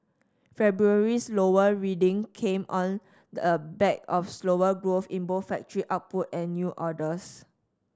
February's lower reading came on the back of slower growth in both factory output and new orders